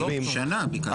בכול העניין של שכר